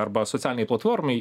arba socialinei platformai